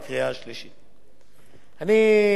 אני לא יודע כמה פעמים